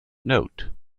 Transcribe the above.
note